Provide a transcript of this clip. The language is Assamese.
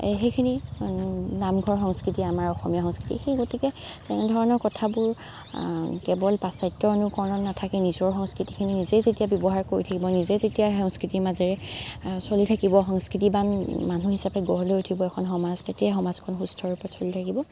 এ সেইখিনি নামঘৰ সংস্কৃতি আমাৰ অসমীয়া সংস্কৃতি সেইগতিকে তেনেধৰণৰ কথাবোৰ কেৱল পাশ্চাত্যৰ অনুকৰণ নাথাকে নিজৰ সংস্কৃতিখিনি নিজে যেতিয়া ব্যৱহাৰ কৰি থাকিব নিজেই যেতিয়া সেই সংস্কৃতিৰ মাজেৰে চলি থাকিব সংস্কৃতিৱান মানুহ হিচাপে গঢ় লৈ উঠিব এখন সমাজ তেতিয়াহে সমাজ এখন সুস্থ ৰূপত চলি থাকিব